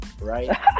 right